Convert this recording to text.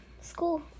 school